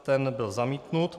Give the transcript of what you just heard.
Ten byl zamítnut.